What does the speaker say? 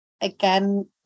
again